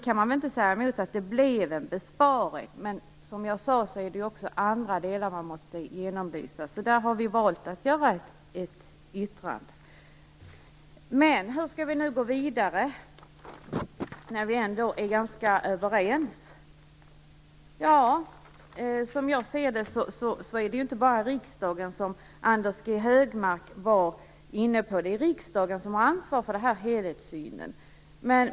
Man kan ju inte säga emot att det blev en besparing, men det finns ju även andra delar som måste genomlysas. Därför har vi valt att göra ett yttrande där. Hur skall vi nu gå vidare? Vi är ju ändå ganska överens. Det är riksdagen som har ansvar för helhetssynen.